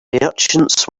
merchants